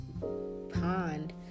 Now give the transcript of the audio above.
pond